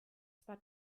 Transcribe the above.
zwar